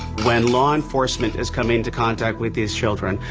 when law enforcement is coming into contact with these children,